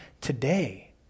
today